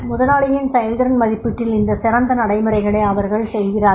முதலாளியின் செயல்திறன் மதிப்பீட்டில் இந்த சிறந்த நடைமுறைகளை அவர்கள் செய்கிறார்கள்